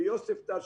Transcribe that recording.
ביוספטל,